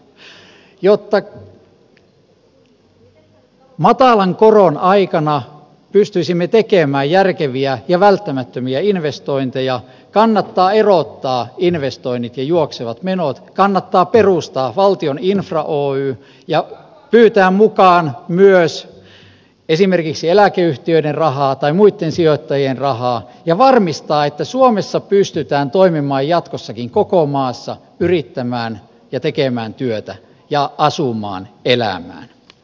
jotta matalan koron aikana pystyisimme tekemään järkeviä ja välttämättömiä investointeja kannattaa erottaa investoinnit ja juoksevat menot kannattaa perustaa valtion infra oy ja pyytää mukaan myös esimerkiksi eläkeyhtiöiden rahaa tai muitten sijoittajien rahaa ja varmistaa että suomessa pystytään toimimaan jatkossakin koko maassa yrittämään ja tekemään työtä ja asumaan elämään